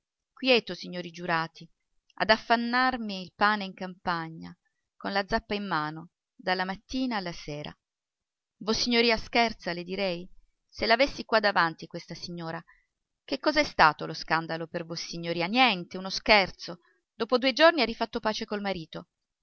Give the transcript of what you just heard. quieto signori giurati ad affannarmi il pane in campagna con la zappa in mano dalla mattina alla sera vossignoria scherza le direi se l'avessi qua davanti questa signora che cosa è stato lo scandalo per vossignoria niente uno scherzo dopo due giorni ha rifatto pace col marito